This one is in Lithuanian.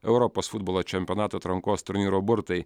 europos futbolo čempionato atrankos turnyro burtai